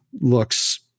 looks